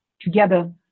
together